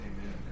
Amen